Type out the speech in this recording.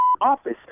Office